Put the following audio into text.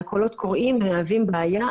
כי הקולות קוראים מהווים בעיה,